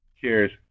Cheers